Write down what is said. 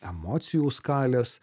emocijų skalės